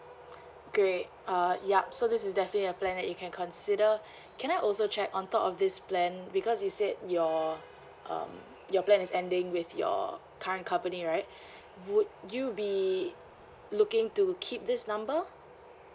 great uh yup so this is definitely a plan that you can consider can I also check on top of this plan because you said your um your plan is ending with your current company right would you be looking to keep this number